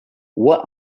what